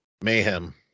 mayhem